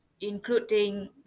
including